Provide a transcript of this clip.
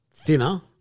thinner